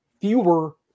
fewer